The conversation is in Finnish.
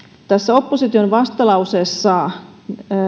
tässä opposition vastalauseessa